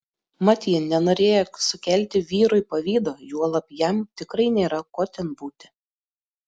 mat ji nenorėjo sukelti vyrui pavydo juolab jam tikrai nėra ko ten būti